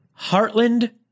Heartland